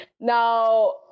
Now